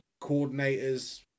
coordinators